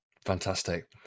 Fantastic